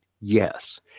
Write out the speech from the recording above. Yes